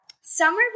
Summer